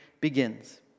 begins